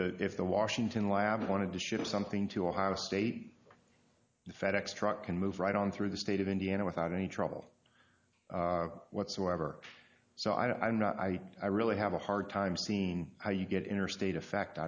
the if the washington lab wanted to ship something to out of state the fed ex truck can move right on through the state of indiana without any trouble whatsoever so i know i really have a hard time seeing how you get interstate effect